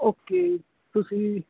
okay ਤੁਸੀਂ